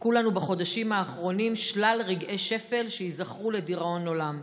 סיפקו לנו בחודשים האחרונים שלל רגעי שפל שייזכרו לדיראון עולם,